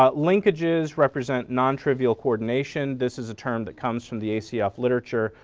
ah linkages represent nontrivial coordination. this is a term that comes from the acf literature.